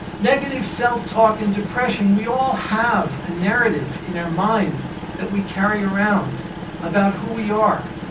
negative self-talk and depression. we all have a narrative in our mind that we carry around about who we are,